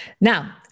Now